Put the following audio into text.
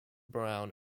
brown